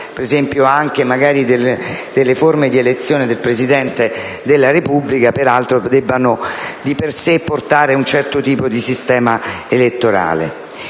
per ciò che attiene alle forme di elezione del Presidente della repubblica, debbano di per sé portare ad un certo tipo di sistema elettorale.